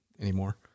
anymore